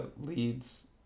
leads